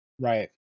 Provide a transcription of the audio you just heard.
right